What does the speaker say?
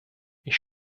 ich